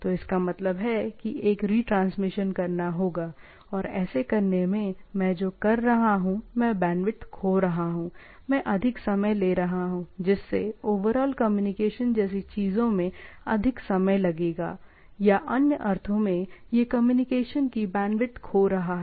तो इसका मतलब है कि एक रिट्रांसमिशन करना होगा और ऐसा करने में मैं जो कर रहा हूं मैं बैंडविथ खो रहा हूं मैं अधिक समय ले रहा हूं जिससे ओवरऑल कम्युनिकेशन जैसी चीजों में अधिक समय लगेगा या अन्य अर्थों में यह कम्युनिकेशन की बैंडविड्थ खो रहा है